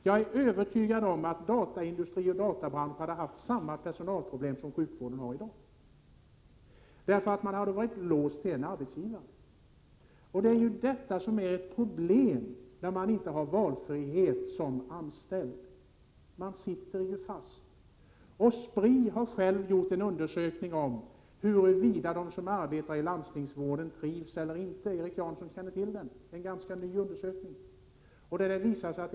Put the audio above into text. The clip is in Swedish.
Jag är övertygad om att dataindustri och databransch då hade haft samma personalproblem som sjukvården har nu, därför att man hade varit låst till enda arbetsgivare. Det är detta som är problemet, att som anställd inte ha valfrihet. Man sitter ju fast. Spri har gjort en undersökning som visar om de som arbetar i landstingsvården trivs bra eller dåligt. Erik Janson känner säkert till denna undersökning som är ganska ny.